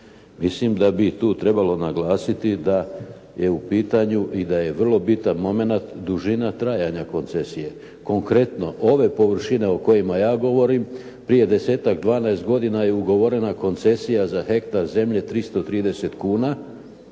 Mislim da bi tu trebalo naglasiti da je u pitanju i da je vrlo bitan momenat dužina trajanja koncesije. Konkretno ove površine o kojima ja govorim prije desetak, dvanaest godina je ugovorena koncesija za hektar zemlje 330 kuna